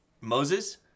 Moses